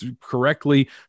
correctly